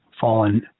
fallen